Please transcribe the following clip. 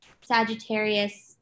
Sagittarius